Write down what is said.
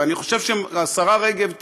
ואני חושב שהשרה רגב,